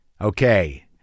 Okay